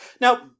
Now